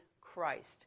Christ